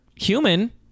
human